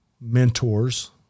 mentors